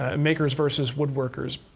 ah makers versus woodworkers.